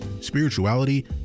spirituality